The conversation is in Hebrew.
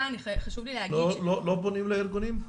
לא פונים לארגונים?